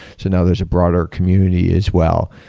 so now there's a broader community as well,